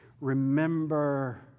remember